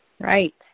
Right